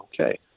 okay